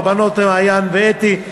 לבנות מעיין ואתי,